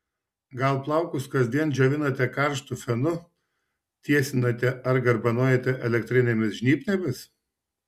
gal plaukus kasdien džiovinate karštu fenu tiesinate ar garbanojate elektrinėmis žnyplėmis